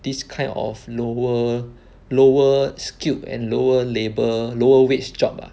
this kind of lower lower skilled and lower labour lower wage job lah